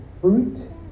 fruit